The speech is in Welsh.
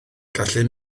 gallu